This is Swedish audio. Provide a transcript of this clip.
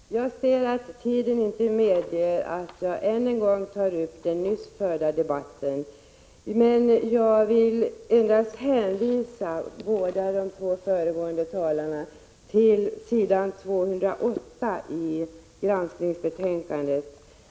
Herr talman! Jag ser att tiden inte medger att jag än en gång anför de i debatten nyligen anförda argumenten. Jag vill endast hänvisa båda de två föregående talarna till s. 208 i granskningsbetänkandet.